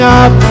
up